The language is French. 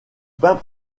peint